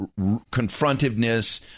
confrontiveness